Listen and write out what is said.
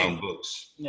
books